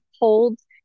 holds